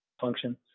function